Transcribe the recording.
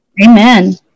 Amen